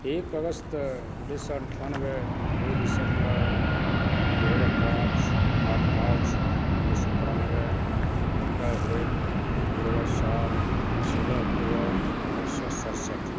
एक अगस्त उन्नैस सए अन्ठानबे दू दिसंबर दू हजार पाँच आठ मार्च उन्नैस सए तिरानबे पंद्रह अप्रैल दू हजार सात सोलह अक्टूबर उन्नैस सए सतसठि